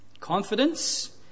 Confidence